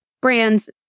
brands